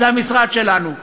זה המשרד שלנו.